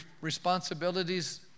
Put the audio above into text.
responsibilities